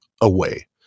away